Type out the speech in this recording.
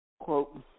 quote